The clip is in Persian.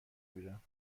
میرم